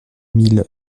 mille